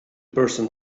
person